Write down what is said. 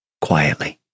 quietly